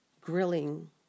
grilling